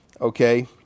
Okay